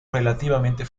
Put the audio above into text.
relativamente